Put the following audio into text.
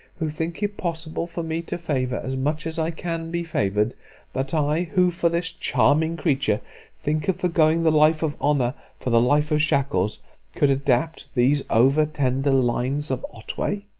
who think it possible for me to favour as much as i can be favoured that i, who for this charming creature think of foregoing the life of honour for the life of shackles could adopt these over-tender lines of otway?